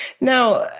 Now